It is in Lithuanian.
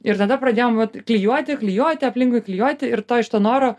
ir tada pradėjom vat klijuoti klijuoti aplinkui klijuoti ir to iš to noro